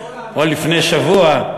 או לפני שבוע,